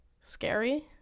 scary